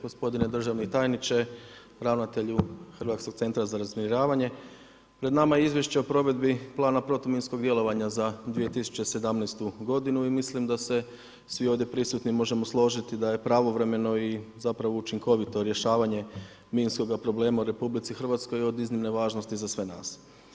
Gospodine državni tajniče, ravnatelju Hrvatskog centra za razminiravanje, pred nama je izvješće o provedbi plana protuminskog djelovanja za 2017. godinu i mislim da se svi ovdje prisutni možemo složiti da je pravovremeno i zapravo učinkovito rješavanje minskoga problema u RH od iznimne važnosti za sve nas.